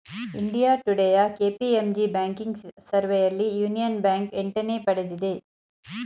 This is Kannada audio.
ಇಂಡಿಯಾ ಟುಡೇಯ ಕೆ.ಪಿ.ಎಂ.ಜಿ ಬ್ಯಾಂಕಿಂಗ್ ಸರ್ವೆಯಲ್ಲಿ ಯೂನಿಯನ್ ಬ್ಯಾಂಕ್ ಎಂಟನೇ ಪಡೆದಿದೆ